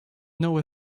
know